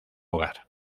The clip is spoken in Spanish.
hogar